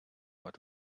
what